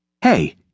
Hey